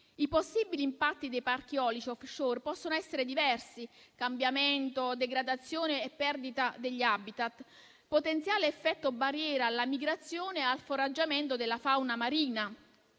I possibili impatti dei parchi eolici *offshore* possono essere diversi: cambiamento, degradazione e perdita degli *habitat*; potenziale effetto barriera alla migrazione e al foraggiamento della fauna marina;